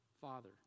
father